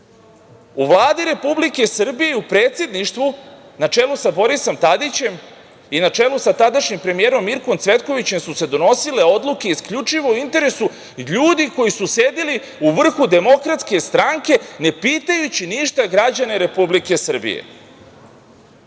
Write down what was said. U Vladi Republike Srbije i u Predsedništvu, na čelu sa Borisom Tadićem i na čelu sa tadašnjim premijerom Mirkom Cvetkovićem, donosile su se odluke isključivo u interesu ljudi koji su sedeli u vrhu DS, ne pitajući ništa građane Republike Srbije.